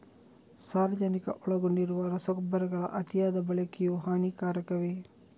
ಸಾರಜನಕ ಒಳಗೊಂಡಿರುವ ರಸಗೊಬ್ಬರಗಳ ಅತಿಯಾದ ಬಳಕೆಯು ಹಾನಿಕಾರಕವೇ?